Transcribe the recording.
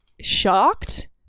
shocked